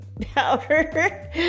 powder